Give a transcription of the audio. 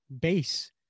base